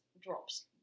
drops